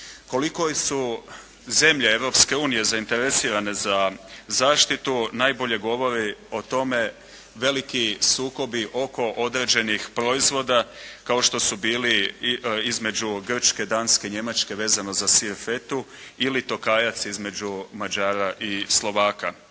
Koliko su zemlje Europske unije zainteresirane za zaštitu najbolje govori o tome veliki sukobi oko određenih proizvoda kao što su bili između Grčke, Danske, Njemačke vezano za sir fetu ili tokajac između Mađara i Slovaka.